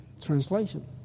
translation